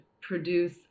produce